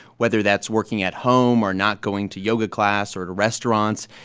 whether that's working at home or not going to yoga class or to restaurants.